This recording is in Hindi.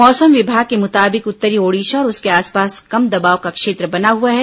मौसम विभाग के मुताबिक उत्तरी ओडिशा और उसके आसपास कम दबाव का क्षेत्र बना हुआ है